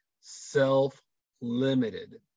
self-limited